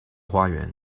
花园